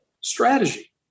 strategy